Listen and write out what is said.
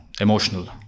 Emotional